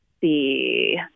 See